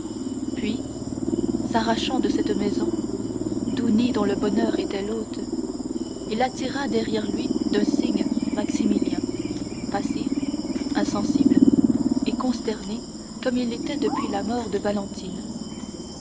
puis s'arrachant de cette maison doux nid dont le bonheur était l'hôte il attira derrière lui d'un signe maximilien passif insensible et consterné comme il l'était depuis la mort de valentine